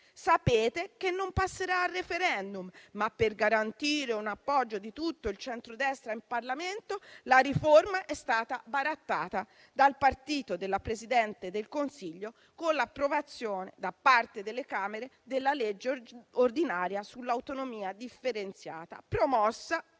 passerà al vaglio del *referendum*, ma, per garantire l'appoggio di tutto il centrodestra in Parlamento, essa è stata barattata, dal partito del Presidente del Consiglio, con l'approvazione, da parte delle Camere, della legge ordinaria sull'autonomia differenziata, promossa dalla